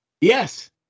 yes